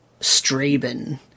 Straben